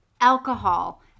alcohol